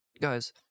guys